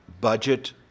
budget